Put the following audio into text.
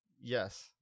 Yes